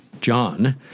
John